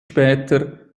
später